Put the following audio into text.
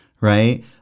right